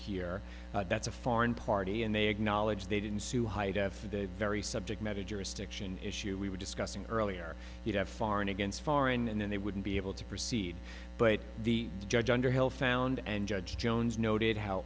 anywhere here that's a foreign party and they acknowledge they didn't sue high def for the very subject matter jurisdiction issue we were discussing earlier he'd have foreign against foreign and then they wouldn't be able to proceed but the judge underhill found and judge jones noted how